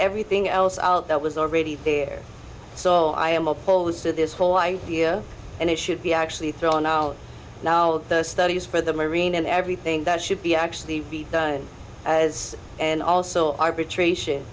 everything else out that was already there so i am opposed to this whole idea and it should be actually thrown out now all the studies for the marine and everything that should be actually as and also arbitration